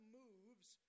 moves